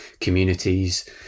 communities